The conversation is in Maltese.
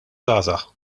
żgħażagħ